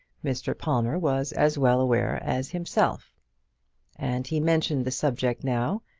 mr. palmer was as well aware as himself and he mentioned the subject now,